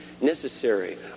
necessary